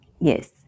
yes